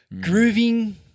Grooving